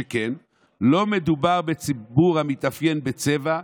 שכן לא מדובר בציבור המתאפיין בצבע,